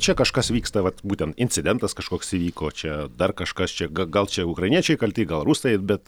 čia kažkas vyksta vat būtent incidentas kažkoks įvyko čia dar kažkas čia gal čia ukrainiečiai kalti gal rusai bet